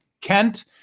Kent